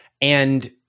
And-